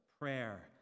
prayer